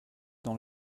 dans